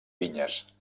vinyes